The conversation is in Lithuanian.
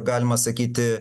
galima sakyti